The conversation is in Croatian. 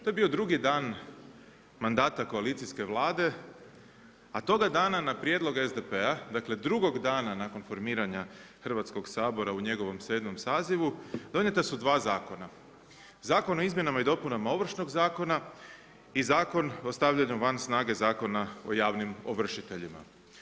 To je bio drugi dan mandata koalicijske Vlade, a toga dana na prijedlog SDP-a, dakle drugog dana nakon formiranja Hrvatskog sabora u njegovom 7. sazivu donijeta su dva zakona – Zakon o izmjenama i dopunama Ovršnog zakona i Zakon o stavljanju van snage Zakona o javnim ovršiteljima.